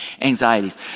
anxieties